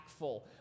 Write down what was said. impactful